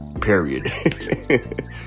Period